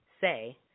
Say